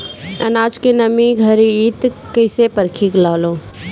आनाज के नमी घरयीत कैसे परखे लालो?